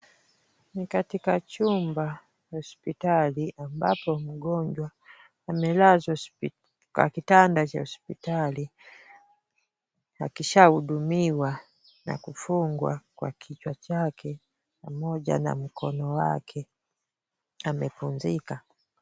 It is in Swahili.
Ni katika chumba cha hospitali, ambapo mgonjwa amelazwa kwa kitanda cha hospitali, akishahudumiwa na kufungwa kwa kichwa chake pamoja na mkono wake. Amevunjika.